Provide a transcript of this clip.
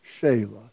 Shayla